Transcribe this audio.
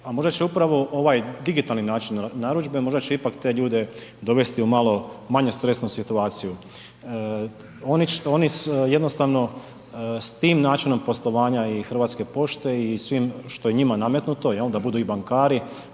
a možda će upravo ovaj digitalan način narudžbe možda će ipak te ljude dovesti u malo manje stresnu situaciju. Oni jednostavno s tim načinom poslovanja i Hrvatske pošte i svim što je njima nametnuto jel da budu i bankari,